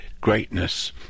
greatness